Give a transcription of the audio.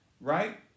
right